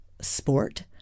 sport